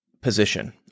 position